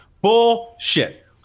Bullshit